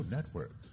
Network